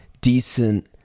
decent